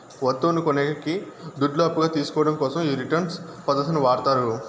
వత్తువును కొనేకి దుడ్లు అప్పుగా తీసుకోవడం కోసం ఈ రిటర్న్స్ పద్ధతిని వాడతారు